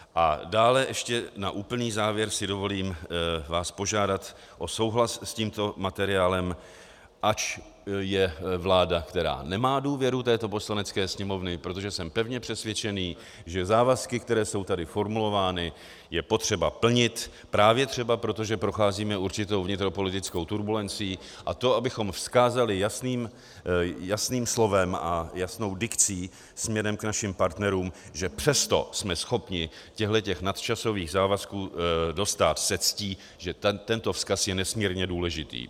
A dále ještě na úplný závěr si dovolím vás požádat o souhlas s tímto materiálem, ač je vláda, která nemá důvěru této Poslanecké sněmovny, protože jsem pevně přesvědčený, že závazky, které jsou tady formulovány, je potřeba plnit právě třeba proto, že procházíme určitou vnitropolitickou turbulencí, a to, abychom vzkázali jasným slovem a jasnou dikcí směrem k našim partnerům, že přesto jsme schopni těchto nadčasových závazků dostát se ctí, že tento vzkaz je nesmírně důležitý.